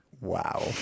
Wow